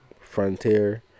Frontier